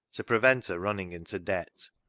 to prevent her running into debt.